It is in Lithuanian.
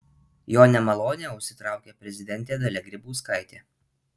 jo nemalonę užsitraukė prezidentė dalia grybauskaitė